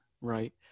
right